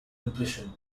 impression